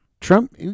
Trump